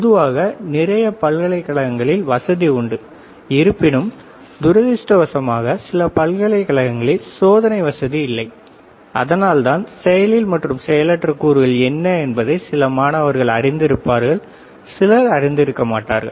பொதுவாக நிறைய பல்கலைக்கழகங்களில் வசதி உண்டு இருப்பினும் துரதிர்ஷ்டவசமாக சில பல்கலைக்கழகங்களில் சோதனை வசதி இல்லை அதனால்தான் செயலில் மற்றும் செயலற்ற கூறுகள் என்ன என்பதை சில மாணவர்கள் அறிந்திருப்பார்கள் சிலர் அறிந்திருக்க மாட்டார்கள்